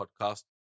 Podcast